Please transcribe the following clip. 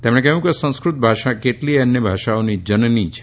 તેમણે કહ્યું કે સંસ્કૃત ભાષા કેટલીય અન્ય ભાષાઓની જનની છે